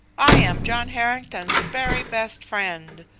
i am john harrington's very best friend.